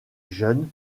jeune